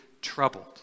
troubled